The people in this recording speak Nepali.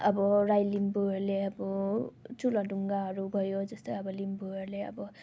अब राई लिम्बूहरूले अब चुला ढुङ्गाहरू भयो जस्तो अब लिम्बूहरूले अब